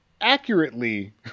accurately